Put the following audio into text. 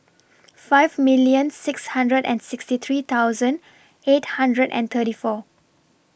five million six hundred and sixty three thousand eight hundred and thirty four